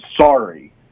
sorry